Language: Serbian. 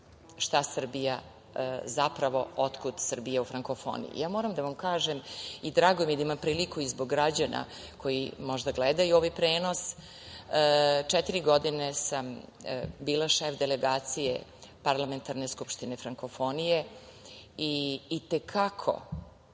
postavljao pitanje otkud Srbija u frankofoniji. Moram da vam kažem i drago mi je da imam priliku i zbog građana, koji možda gledaju ovaj prenos, četiri godine sam bila šef delegacije Parlamentarne skupštine frankofonije i te kako